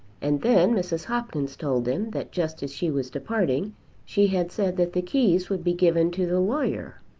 and then mrs. hopkins told him that just as she was departing she had said that the keys would be given to the lawyer.